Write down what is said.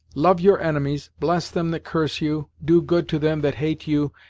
love your enemies, bless them that curse you, do good to them that hate you,